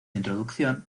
introducción